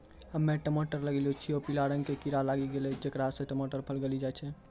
हम्मे टमाटर लगैलो छियै पीला रंग के कीड़ा लागी गैलै जेकरा से टमाटर के फल गली जाय छै?